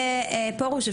פורוש,